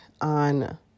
on